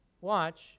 watch